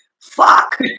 Fuck